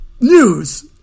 news